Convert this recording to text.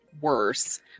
worse